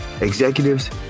executives